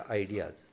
ideas